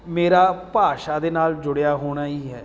ਮੇਰਾ ਭਾਸ਼ਾ ਦੇ ਨਾਲ ਜੁੜਿਆ ਹੋਣਾ ਹੀ ਹੈ